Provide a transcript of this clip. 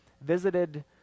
visited